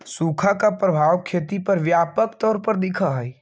सुखा का प्रभाव खेती पर व्यापक तौर पर दिखअ हई